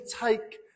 take